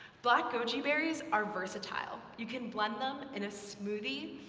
black goji various are versatile. you can blend them in a smoothie,